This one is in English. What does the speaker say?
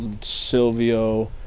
Silvio